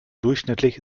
durchschnittlich